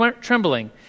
trembling